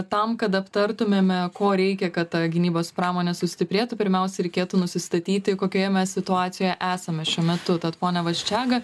tam kad aptartumėme ko reikia kad ta gynybos pramonė sustiprėtų pirmiausia reikėtų nusistatyti kokioje mes situacijoje esame šiuo metu tad pone vaščega